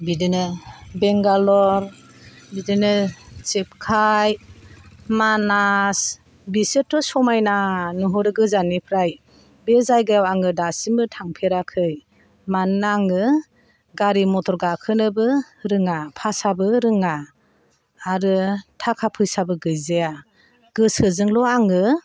बिदिनो बेंगालर बिदिनो थिपकाइ मानास बिसोरथ' समायना नुहरो गोजाननिफ्राय बे जायगायाव आङो दासिमबो थांफेराखै मानोना आङो गारि मटर गाखोनोबो रोङा भाषाबो रोङा आरो थाखा फैसाबो गैजाया गोसोजोंल' आङो